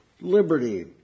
liberty